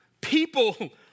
people